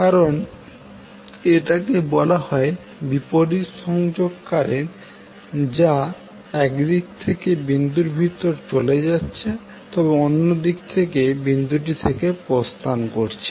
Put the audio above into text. কারণ এটাকে বলা হয় বিপরীত সংযোগ কারেন্ট যা এক দিক থেকে বিন্দুর ভিতরে চলে যাচ্ছে তবে অন্য দিক থেকে বিন্দুটি থেকে প্রস্থান করছে